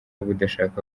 budashaka